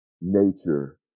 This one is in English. nature